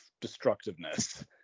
destructiveness